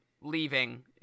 leaving